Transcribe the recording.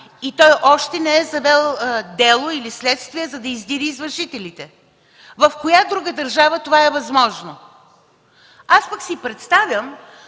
и той още не е завел дело или следствие, за да издири извършителите. В коя друга държава това е възможно?! Аз пък си представям